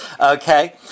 okay